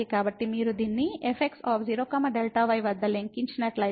కాబట్టి మీరు దీన్ని fx0 Δy వద్ద లెక్కించినట్లయితే